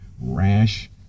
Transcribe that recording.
rash